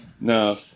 No